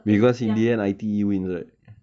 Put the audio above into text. eh yang